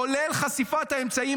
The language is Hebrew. כולל חשיפת האמצעי,